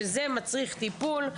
שזה מצריך טיפול,